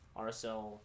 RSL